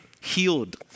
healed